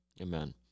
Amen